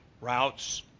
routes